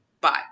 Bye